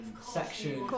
section